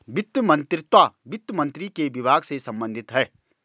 वित्त मंत्रीत्व वित्त मंत्री के विभाग से संबंधित है